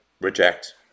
reject